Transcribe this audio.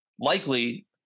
likely